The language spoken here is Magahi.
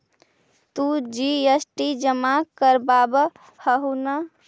तु जी.एस.टी जमा करवाब हहु न?